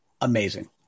Amazing